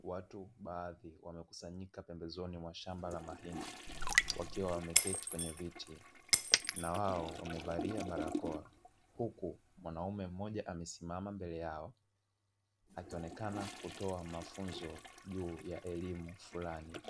Watu baadhi wamekusanyika pembezoni mwa shamba la mahindi wakiwa wameketi kwenye viti na wao wamevalia barakoa, huku mwanaume mmoja amesimama mbele yao akionekana kutoa mafunzo juu ya elimu fulani,